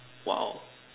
!wow!